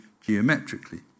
geometrically